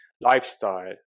lifestyle